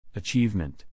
achievement